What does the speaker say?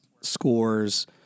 scores